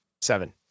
seven